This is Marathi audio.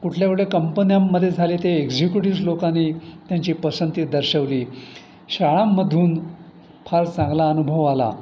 कुठल्या कुठल्या कंपन्यांमध्ये झाले ते एक्झिक्युटिव्ह लोकांनी त्यांची पसंती दर्शवली शाळांमधून फार चांगला अनुभव आला